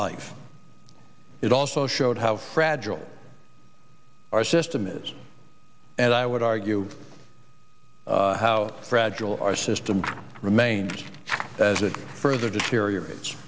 life it also showed how fragile our system is and i would argue how fragile our system remains as it further deteriorate